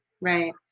Right